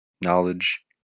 knowledge